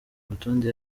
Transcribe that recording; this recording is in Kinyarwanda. rutonde